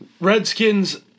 Redskins